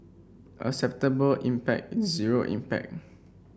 acceptable impact is zero impact